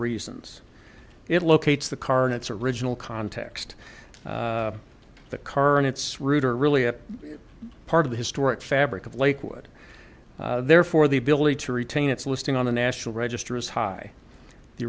reasons it locates the car in its original context the car and its route are really a part of the historic fabric of lakewood therefore the ability to retain its listing on the national register is high the